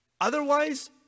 Otherwise